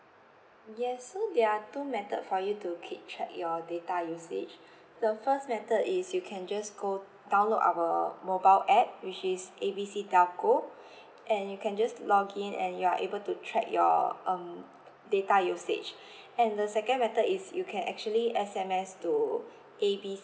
yes so there're two method for you to keep track your data usage the first method is you can just go download our mobile app which is A B C telco and you can just login and you're able to track your um data usage and the second method is you can actually S_M_S to A B